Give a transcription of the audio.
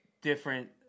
different